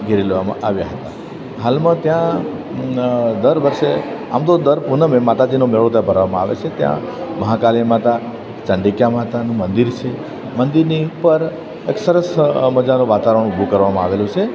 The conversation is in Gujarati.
ઘેરી લેવામાં આવ્યા હતા હાલમાં ત્યાં દર વર્ષે આમ તો દર પૂનમે માતાજીનો મેળો ત્યાં ભરવામાં આવે છે ત્યાં મહાકાલી માતા ચંડિકા માતાનું મંદિર છે મંદિરની ઉપર એક સરસ મજાનો વાતાવરણ ઊભું કરવામાં આવેલું છે